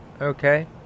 okay